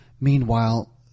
Meanwhile